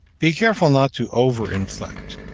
be careful not to over-inflect.